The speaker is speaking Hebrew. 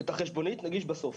את החשבונית נגיש בסוף.